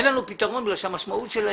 אין לנו פתרון כי המשמעות של העניין,